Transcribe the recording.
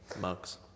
Mugs